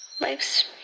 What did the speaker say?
Life's